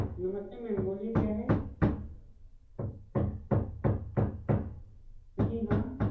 नमस्ते मैम बोलिए क्या है जी हाँ